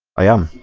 i am